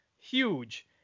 Huge